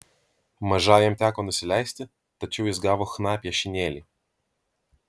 mažajam teko nusileisti tačiau jis gavo chna piešinėlį